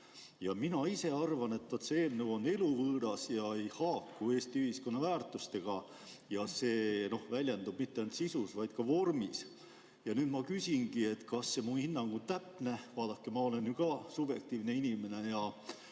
ise arvan, et see eelnõu on eluvõõras ja ei haaku Eesti ühiskonna väärtustega. See väljendub mitte ainult sisus, vaid ka vormis. Nüüd ma küsingi, kas see mu hinnang on täpne. Vaadake, ma olen ju ka subjektiivne inimene nagu